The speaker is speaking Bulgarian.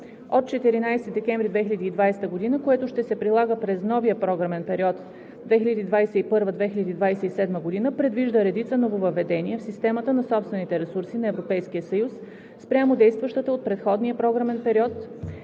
от 14 декември 2020 г., което ще се прилага през новия програмен период 2021 – 2027 г., предвижда редица нововъведения в системата на собствените ресурси на Европейския съюз спрямо действащата от предходния програмен период,